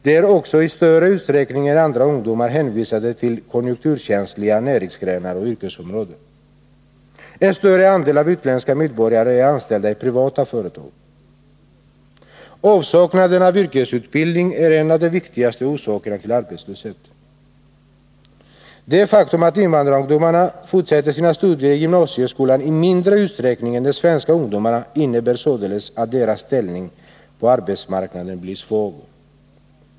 De är också i större utsträckning än andra ungdomar hänvisade till konjunkturkänsliga näringsgrenar och yrkesområden. En större andel utländska medborgare är anställda i privata företag. Avsaknaden av yrkesutbildning är en av de viktigaste orsakerna till arbetslöshet. Det faktum att invandrarungdomarna fortsätter sina studier i gymnasieskolan i mindre utsträckning än de svenska ungdomarna innebär således att deras ställning på arbetsmarknaden blir svag.